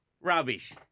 Rubbish